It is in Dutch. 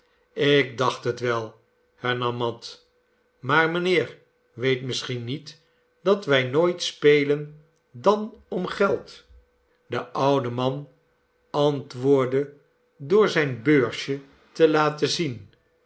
ik dacht het wel hernam mat maar mijnheer weet misschien niet dat wij nooit spelen dan om geld de oude man antwoordde door zijn beursje te laten zien